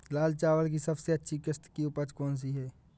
लाल चावल की सबसे अच्छी किश्त की उपज कौन सी है?